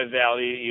value